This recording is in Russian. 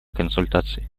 консультаций